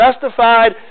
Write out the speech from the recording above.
justified